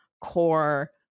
core